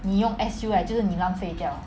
你用 S_U right 就是你浪费掉